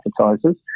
advertisers